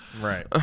Right